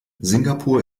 singapur